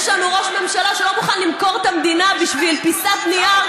יש לנו ראש ממשלה שלא מוכן למכור את המדינה בשביל פיסת נייר,